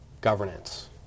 governance